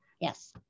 yes